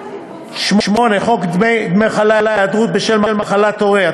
8. חוק דמי מחלה (היעדרות בשל מחלת הורה),